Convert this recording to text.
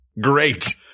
great